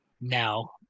now